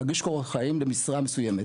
הוא מגיש קורות חיים לחברה מסוימת,